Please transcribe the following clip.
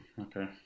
Okay